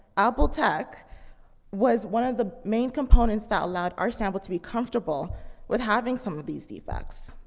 apple tech was one of the main components that allowed our sample to be comfortable with having some of these defects.